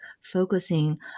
focusing